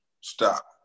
Stop